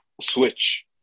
switch